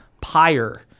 pyre